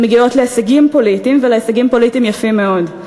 מגיעות להישגים פוליטיים ולהישגים פוליטיים יפים מאוד.